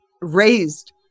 raised